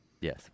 Yes